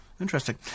Interesting